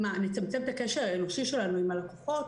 האם נצמצם את הקשר האנושי שלנו עם הלקוחות